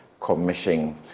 Commission